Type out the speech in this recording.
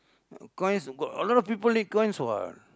coins got a lot of people need coins what